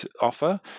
offer